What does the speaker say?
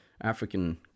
African